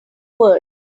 world